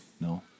No